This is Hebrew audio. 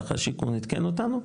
ככה השיכון עדכן אותנו.